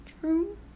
true